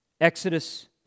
Exodus